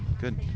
good